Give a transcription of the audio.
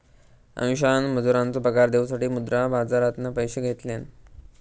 अमीषान मजुरांचो पगार देऊसाठी मुद्रा बाजारातना पैशे घेतल्यान